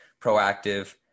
proactive